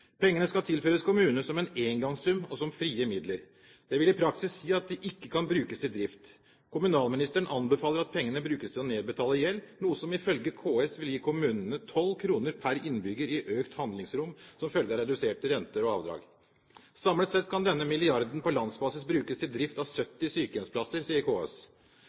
Pengene skal tilføres kommunene som en engangssum og som frie midler. Det vil i praksis si at de ikke kan brukes til drift. Kommunalministeren anbefaler at pengene brukes til å nedbetale gjeld, noe som ifølge KS vil gi kommunene 12 kr per innbygger i økt handlingsrom, som følge av reduserte renter og avdrag. Samlet sett kan denne milliarden på landsbasis brukes til drift av 70 sykehjemsplasser,